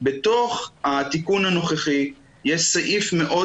בתוך התיקון הנוכחי יש סעיף מאוד